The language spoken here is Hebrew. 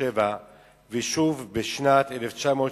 ושוב בשנת 1967,